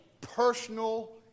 personal